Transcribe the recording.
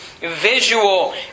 visual